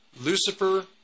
Lucifer